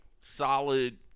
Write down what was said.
solid